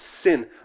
sin